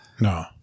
no